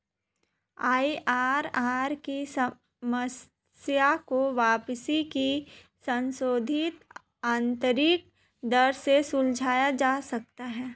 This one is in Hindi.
आई.आर.आर की समस्या को वापसी की संशोधित आंतरिक दर से सुलझाया जा सकता है